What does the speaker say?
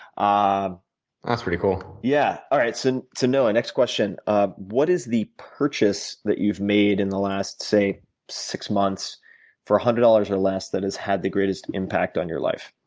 um pretty cool. yeah all right, so so noah, next question ah what is the purchase that you've made in the last say six months for hundred dollars or less that has had the greatest impact on your life?